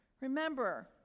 remember